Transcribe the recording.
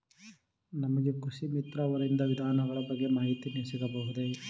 ನಮಗೆ ಕೃಷಿ ಮಿತ್ರ ಅವರಿಂದ ವಿಧಾನಗಳ ಬಗ್ಗೆ ಮಾಹಿತಿ ಸಿಗಬಹುದೇ?